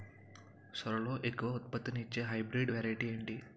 సోరలో ఎక్కువ ఉత్పత్తిని ఇచే హైబ్రిడ్ వెరైటీ ఏంటి?